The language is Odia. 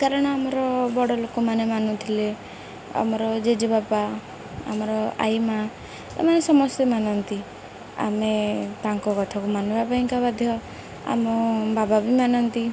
କାରଣ ଆମର ବଡ଼ ଲୋକମାନେ ମାନୁଥିଲେ ଆମର ଜେଜେବାପା ଆମର ଆଇମା ଏମାନେ ସମସ୍ତେ ମାନନ୍ତି ଆମେ ତାଙ୍କ କଥାକୁ ମାନିବା ପାଇଁକା ବା ଆମ ବାବା ବି ମାନନ୍ତି